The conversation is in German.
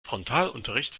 frontalunterricht